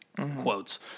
quotes